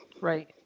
Right